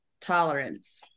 tolerance